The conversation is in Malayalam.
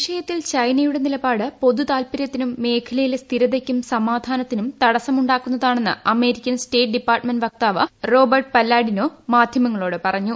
വിഷയത്തിൽ ചൈനയുടെ നിലപ്പ്ട് പൊതു താൽപ്പര്യത്തിനും മേഖലയിലെ സ്ഥിരതയ്ക്കും സ്മാധാനത്തിനും തടസമുണ്ടാക്കുന്നതാണ്ണെന്ന് അമേരിക്കൻ സ്റ്റേറ്റ് ഡിപ്പാർട്ടമെന്റ് വക്താവ് റോബർട്ട് പല്ലാഡിനോ മാധ്യമങ്ങളോട് പറഞ്ഞു